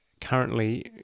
currently